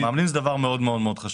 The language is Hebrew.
המאמנים זה דבר מאוד חשוב.